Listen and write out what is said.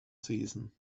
season